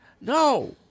No